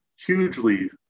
hugely